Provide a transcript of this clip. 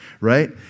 right